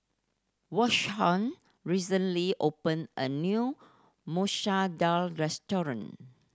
Vashon recently opened a new Masoor Dal restaurant